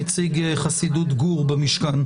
אנחנו לא מחליפים את הרשות המבצעת.